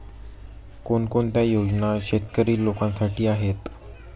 कोणकोणत्या योजना शेतकरी लोकांसाठी आहेत?